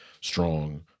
strong